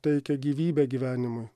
teikia gyvybę gyvenimui